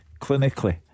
clinically